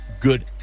Good